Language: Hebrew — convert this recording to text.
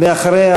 ואחריה,